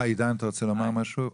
עידן, אתה רוצה לומר משהו?